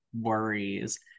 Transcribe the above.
worries